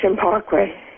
Parkway